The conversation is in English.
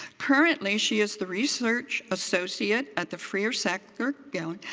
currently she is the research associate at the freer sackler gallery.